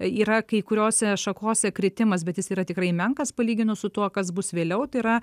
yra kai kuriose šakose kritimas bet jis yra tikrai menkas palyginus su tuo kas bus vėliau tai yra